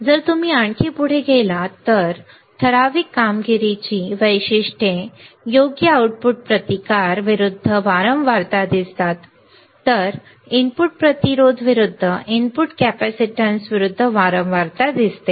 जर तुम्ही आणखी पुढे गेलात तर आम्हाला ठराविक कामगिरीची वैशिष्ट्ये योग्य आउटपुट प्रतिकार विरूद्ध वारंवारता दिसतात तर आम्हाला इनपुट प्रतिरोध विरूद्ध इनपुट कॅपेसिटन्स विरुद्ध वारंवारता दिसते